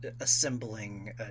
assembling